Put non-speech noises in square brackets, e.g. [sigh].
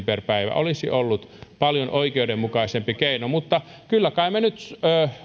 [unintelligible] per päivä olisi ollut paljon oikeudenmukaisempi keino mutta kyllä kai me nyt